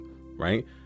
right